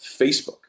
Facebook